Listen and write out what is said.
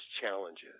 challenges